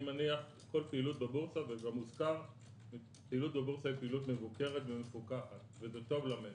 פעילות בבורסה היא פעילות מבוקרת ומפוקחת וזה טוב למשק.